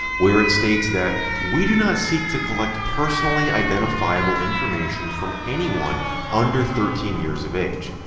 where it states that, we do not seek to collect personally identifiable information from anyone under thirteen years of age.